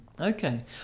Okay